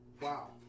Wow